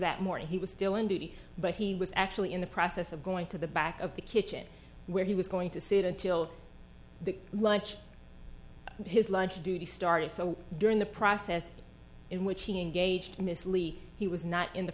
that morning he was still in duty but he was actually in the process of going to the back of the kitchen where he was going to sit until the lunch and his lunch duties started so during the process in which he engaged miss lee he was not in the